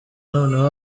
noneho